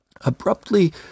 Abruptly